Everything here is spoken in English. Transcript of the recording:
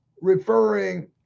referring